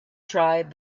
tried